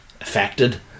affected